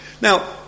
now